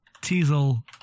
Teasel